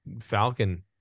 Falcon